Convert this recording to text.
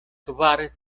kvar